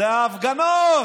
זה ההפגנות.